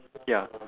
ya